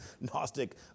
Gnostic